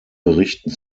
berichten